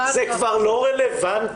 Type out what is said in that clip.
זה כבר לא רלוונטי.